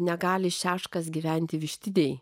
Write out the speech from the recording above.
negali šeškas gyventi vištidėje